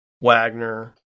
Wagner